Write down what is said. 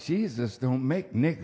she's this don't make ni